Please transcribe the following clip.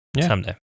someday